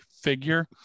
figure